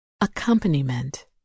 Accompaniment